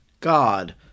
God